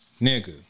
Nigga